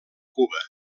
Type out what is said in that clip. cuba